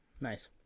Nice